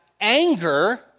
anger